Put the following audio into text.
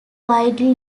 widely